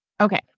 Okay